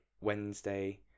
wednesday